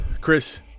Chris